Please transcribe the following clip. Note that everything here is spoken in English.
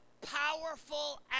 powerful